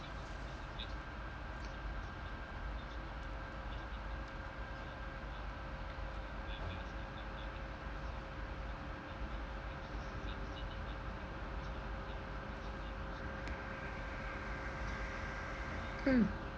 mm